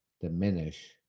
diminish